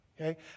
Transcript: okay